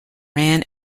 ran